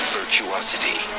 virtuosity